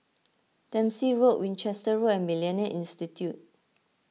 Dempsey Road Winchester Road and Millennia Institute